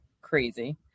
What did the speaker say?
crazy